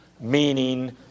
meaning